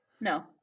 no